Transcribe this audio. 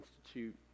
institute